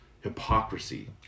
hypocrisy